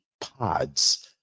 pods